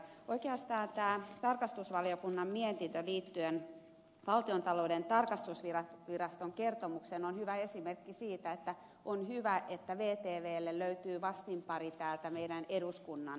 oikeastaan tämä tarkastusvaliokunnan mietintö liittyen valtiontalouden tarkastusviraston kertomukseen on hyvä esimerkki siitä että on hyvä että vtvlle löytyy vastinpari täältä eduskunnan päästä myös